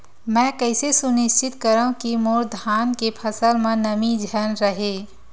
मैं कइसे सुनिश्चित करव कि मोर धान के फसल म नमी झन रहे?